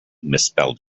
misspelled